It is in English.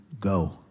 go